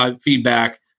feedback